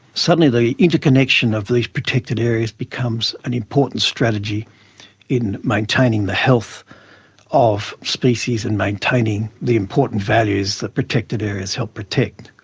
suddenly the interconnection of these protected areas becomes an important strategy in maintaining the health of species and maintaining the important values that protected areas help protect.